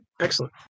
Excellent